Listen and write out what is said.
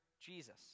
Jesus